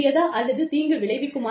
அல்லது தீங்கு விளைவிக்குமா